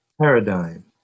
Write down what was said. paradigm